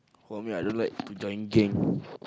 for me I don't like to join gang